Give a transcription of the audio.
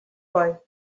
boy